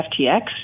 FTX